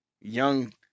young